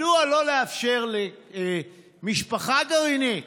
מדוע לא לאפשר למשפחה גרעינית